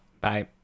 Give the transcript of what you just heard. bye